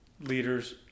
leaders